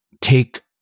take